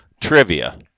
Trivia